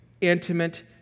intimate